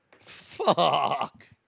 Fuck